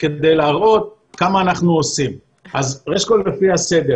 למה זה גורם להתמוססות